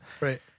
right